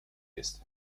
ist